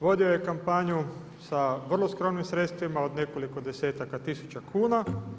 Vodio je kampanju sa vrlo skromnim sredstvima od nekoliko 10-ak tisuća kuna.